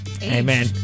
Amen